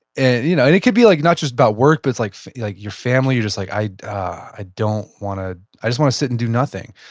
and you know and it could be like not just about work but like like your family. you're just like, i i don't want to, i just want to sit and do nothing.